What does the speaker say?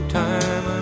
time